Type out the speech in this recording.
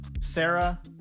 Sarah